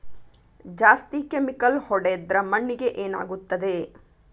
ಜಾಸ್ತಿ ಕೆಮಿಕಲ್ ಹೊಡೆದ್ರ ಮಣ್ಣಿಗೆ ಏನಾಗುತ್ತದೆ?